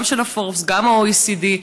גם של הפורבס ושל ה-OECD,